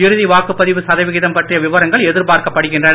இறுதி வாக்குபதிவு சதவிகிதம் பற்றிய விவரங்கள் எதிர்பார்க்கப்படுகின்றன